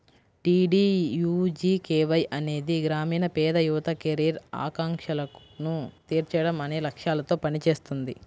DDUGKY అనేది గ్రామీణ పేద యువత కెరీర్ ఆకాంక్షలను తీర్చడం అనే లక్ష్యాలతో పనిచేస్తుంది